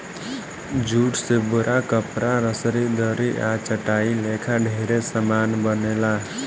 jute से बोरा, कपड़ा, रसरी, दरी आ चटाई लेखा ढेरे समान बनेला